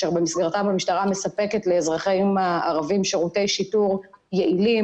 שבמסגרתם המשטרה מספקת לאזרחים הערבים שירותי שיטור יעילים,